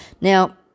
Now